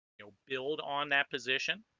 you know build on that position